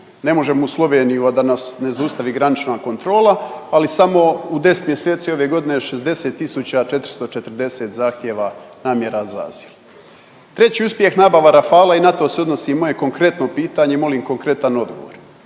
ne možemo u Sloveniju a da nas ne zaustavi granična kontrola, ali samo u 10 mjeseci ove godine je 60 tisuća 440 zahtjeva namjera za azil. Treći uspjeh nabava Rafala i na to se odnosi moje konkretno pitanje i molim konkretan odgovor.